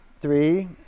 three